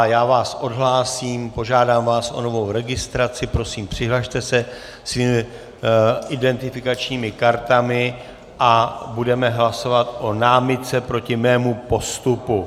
Já vás odhlásím, požádám vás o novou registraci, prosím, přihlaste se svými identifikačními kartami a budeme hlasovat o námitce proti mému postupu.